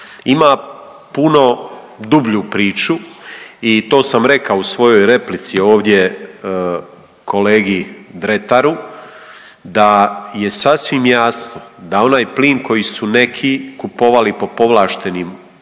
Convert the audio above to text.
ima puno dublju priču i to sam rekao u svojoj replici ovdje kolegi Dretaru da je sasvim jasno da onaj plin koji su neki kupovali po povlaštenim